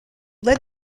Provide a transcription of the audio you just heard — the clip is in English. led